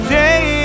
day